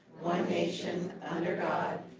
one nation under god,